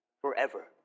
forever